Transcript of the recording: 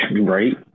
Right